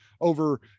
over